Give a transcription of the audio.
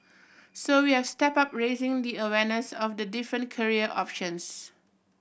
so we have stepped up raising the awareness of the different career options